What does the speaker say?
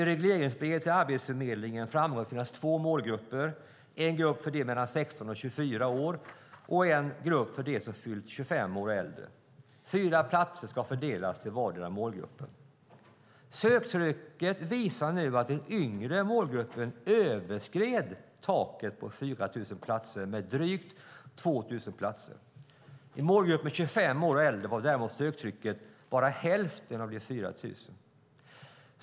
I regleringsbrevet till Arbetsförmedlingen framgår att till deras två målgrupper, 16-24 år och 25 år och äldre, ska 4 000 platser fördelas till vardera målgruppen. Söktrycket visar nu att den yngre målgruppen överskred taket på 4 000 platser med drygt 2 000 platser. I målgruppen 25 år och äldre var däremot söktrycket bara hälften av de 4 000.